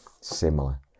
similar